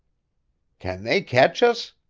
can they catch us?